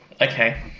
okay